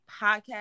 podcast